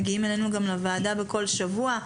ומגיעים אלינו לוועדה בכל שבוע.